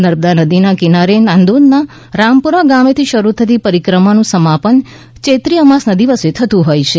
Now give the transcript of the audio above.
નર્મદા નદીના કિનારે નાંદોદના રામપુરા ગામેથી શરૂ થતી પરિક્રમાનું સમાપન ચૈત્રી અમાસના દિવસે થતું હોય છે